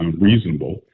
reasonable